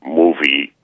movie